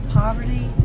poverty